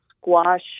squash